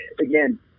again